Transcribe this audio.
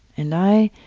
and i